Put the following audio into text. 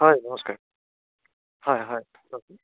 হয় নমস্কাৰ হয় হয় কওকচোন